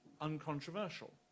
uncontroversial